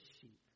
sheep